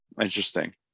interesting